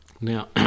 Now